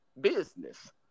business